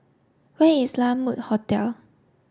where is La Mode Hotel